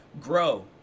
grow